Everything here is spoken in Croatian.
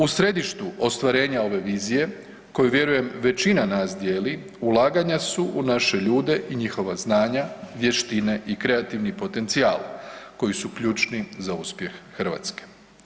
U središtu ostvarenja ove vizije koju vjerujem većina nas dijeli, ulaganja su u naše ljude i njihova znanja, vještine i kreativni potencijal koji su ključni za uspjeh Hrvatske.